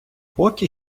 поки